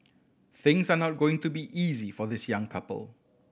things are not going to be easy for this young couple